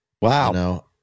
Wow